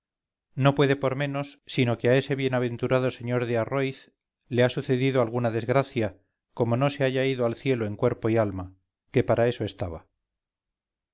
no puede por menos sino que a ese bienaventurado sr de arróiz le ha sucedido alguna desgracia como no se haya ido al cielo en cuerpo y alma que para eso estaba